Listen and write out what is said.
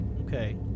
Okay